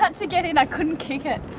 ah to get in i couldn't kick it